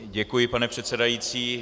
Děkuji, pane předsedající.